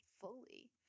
fully